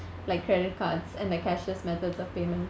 like credit cards and the cashless methods of payment